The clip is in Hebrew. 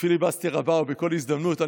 בפיליבסטר הבא או בכל הזדמנות.